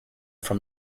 from